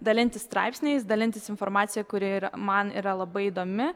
dalintis straipsniais dalintis informacija kuri ir man yra labai įdomi